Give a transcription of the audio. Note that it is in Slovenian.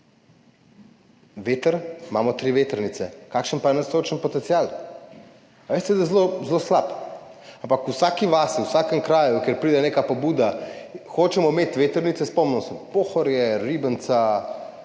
Veter, imamo tri vetrnice. Kakšen pa je naš sončni potencial? Veste, da je zelo, zelo slab, ampak v vsaki vasi, v vsakem kraju, kjer pride neka pobuda, hočemo imeti vetrnice. Spomnim se, Pohorje, Ribnica,